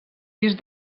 disc